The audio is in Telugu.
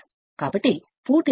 కాబట్టి పూర్తి రోటర్ Sfl వద్ద S0